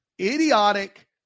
Idiotic